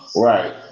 Right